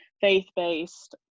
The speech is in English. faith-based